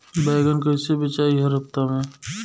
बैगन कईसे बेचाई हर हफ्ता में?